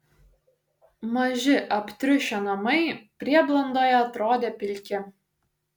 maži aptriušę namai prieblandoje atrodė pilki